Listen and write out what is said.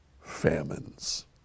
famines